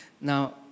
Now